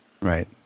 Right